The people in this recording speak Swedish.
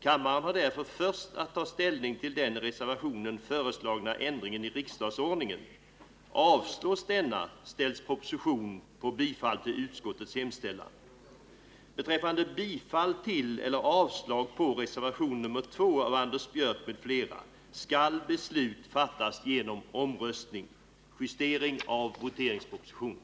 Kammaren har därför först att ta ställning till den i reservationen föreslagna ändringen i riksdagsordningen. Avslås denna ställs proposition härefter på bifall till utskottets hemställan. Om inte minst tre fjärdedelar av de röstande och mer än hälften av kammarens ledamöter röstar ja, har kammaren avslagit reservationen.